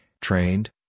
trained